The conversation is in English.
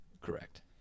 Correct